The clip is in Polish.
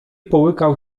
połykał